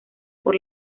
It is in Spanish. por